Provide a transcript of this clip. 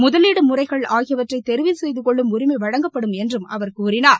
முதலீடு முறைகள் ஆகியவற்றை தெரிவு செய்துக்கொள்ளும் உரிமை வழங்கப்படும் என்றும் அவர் கூறினார்